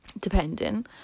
depending